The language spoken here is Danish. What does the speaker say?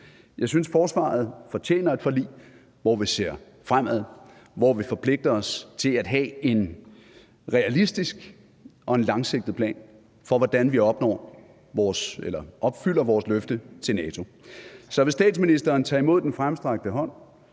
Jeg synes, at forsvaret fortjener et forlig, hvor vi ser fremad, hvor vi forpligter os til at have en realistisk og en langsigtet plan for, hvordan vi opfylder vores løfte til NATO. Så vil statsministeren tage imod den fremstrakte hånd